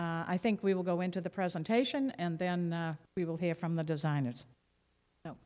that i think we will go into the presentation and then we will hear from the designers